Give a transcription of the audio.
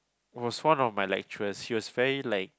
was one of my lecturers he was very like